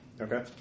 Okay